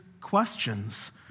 questions